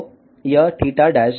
तो यह theta dash है